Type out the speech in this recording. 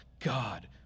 god